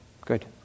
Good